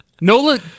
Nola